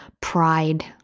pride